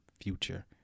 future